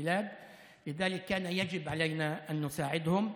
הבריאות בארץ, ולכן היינו צריכים לעזור להם.